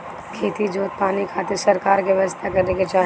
खेती जोग पानी खातिर सरकार के व्यवस्था करे के चाही